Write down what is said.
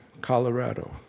Colorado